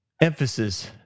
emphasis